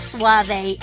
Suave